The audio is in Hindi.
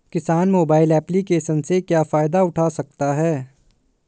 किसान मोबाइल एप्लिकेशन से क्या फायदा उठा सकता है?